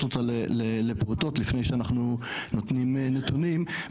אותה לפרוטות לפני שאנחנו נותנים נתונים,